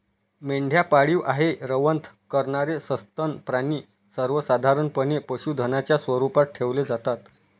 मेंढ्या पाळीव आहे, रवंथ करणारे सस्तन प्राणी सर्वसाधारणपणे पशुधनाच्या स्वरूपात ठेवले जातात